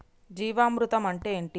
జీవామృతం అంటే ఏంటి?